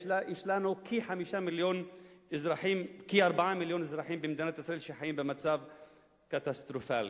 יש לנו כ-4 מיליון אזרחים במדינת ישראל שחיים במצב קטסטרופלי.